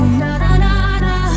na-na-na-na